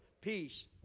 peace